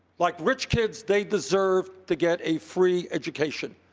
like rich kids, they deserve to get a free education.